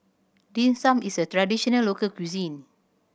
Dim Sum is a traditional local cuisine